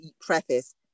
preface